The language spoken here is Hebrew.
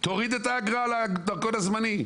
תוריד את האגרה לדרכון הזמני,